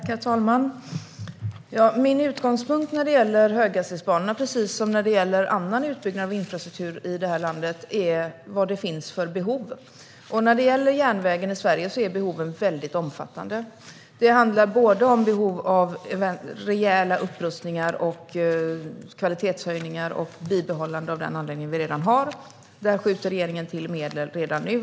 Herr talman! Min utgångspunkt när det gäller höghastighetsbanorna, precis som när det gäller annan utbyggnad av infrastruktur i det här landet, är vad det finns för behov. När det gäller järnvägen i Sverige är behoven väldigt omfattande. Det handlar om behov av rejäla upprustningar och kvalitetshöjningar och av bibehållande av den anläggning vi redan har. Där skjuter regeringen till medel redan nu.